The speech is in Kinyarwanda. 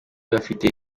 bafite